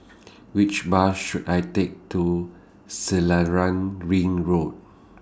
Which Bus should I Take to Selarang Ring Road